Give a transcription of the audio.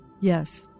yes